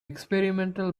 experimental